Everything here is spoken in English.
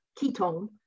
ketone